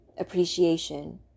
appreciation